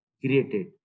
created